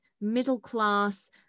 middle-class